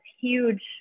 huge